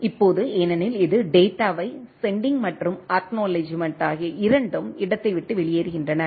இப்போது ஏனெனில் இது டேட்டாவை செண்டிங் மற்றும் அக்நாலெட்ஜ்மெண்ட் ஆகிய இரண்டும் இடத்தை விட்டு வெளியேறுகின்றன